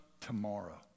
tomorrow